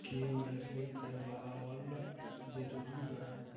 KYC करवावल जरूरी बा?